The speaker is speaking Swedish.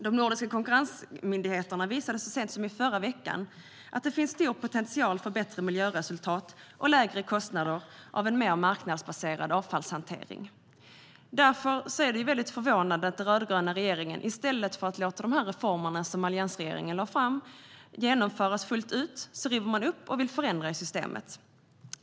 De nordiska konkurrensmyndigheterna visade så sent som i förra veckan att det finns stor potential för bättre miljöresultat och lägre kostnader i en mer marknadsbaserad avfallshantering. Därför är det förvånande att den rödgröna regeringen, i stället för att låta de reformer alliansregeringen lade fram genomföras fullt ut, river upp och vill förändra i systemet.